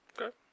Okay